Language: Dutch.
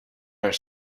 haar